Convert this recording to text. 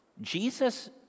Jesus